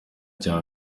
cya